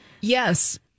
yes